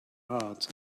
hearts